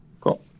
Cool